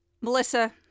Melissa